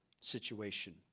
situation